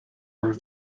were